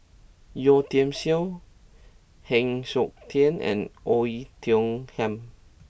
Yeo Tiam Siew Heng Siok Tian and Oei Tiong Ham